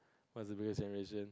what is the generation